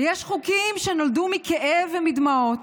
ויש חוקים שנולדו מכאב ומדמעות,